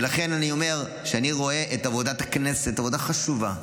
ולכן אני אומר שאני רואה את עבודת הכנסת כעבודה חשובה,